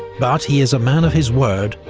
but he is a man of his word,